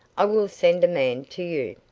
i will send a man to you.